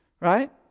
right